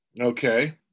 Okay